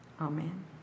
Amen